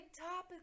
Top